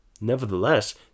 Nevertheless